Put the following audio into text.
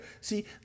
See